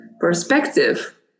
perspective